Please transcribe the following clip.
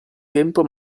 tempo